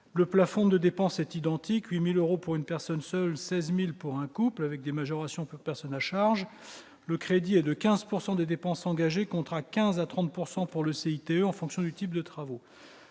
Le plafond de dépenses est identique : 8 000 euros pour une personne seule, 16 000 euros pour un couple, avec des majorations pour personnes à charge. Le crédit est de 15 % des dépenses engagées, contre 15 % à 30 % pour le CITE en fonction du type de travaux.